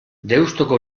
deustuko